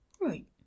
Right